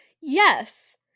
Yes